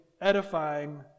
edifying